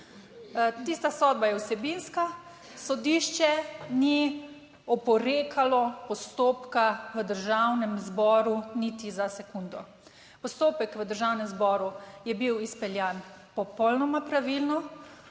Tista sodba je vsebinska, sodišče ni oporekalo postopka v Državnem zboru niti za sekundo. Postopek v Državnem zboru je bil izpeljan popolnoma pravilno,